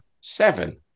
Seven